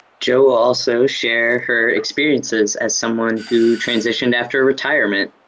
jo will also share her experiences as someone who transitioned after retirement,